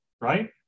Right